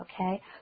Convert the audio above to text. Okay